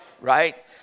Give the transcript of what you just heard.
right